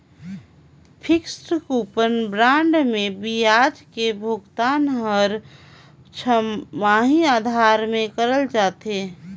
fixed coupon bond मे बियाज के भुगतान हर छमाही आधार में करल जाथे